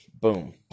Boom